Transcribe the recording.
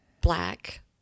black